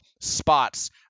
spots